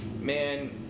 man